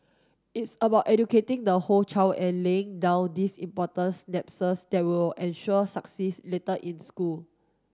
it's about educating the whole child and laying down these important synapses that will ensure success later in school